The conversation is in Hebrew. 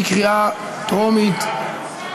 בקריאה טרומית.